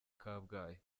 kabgayi